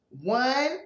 One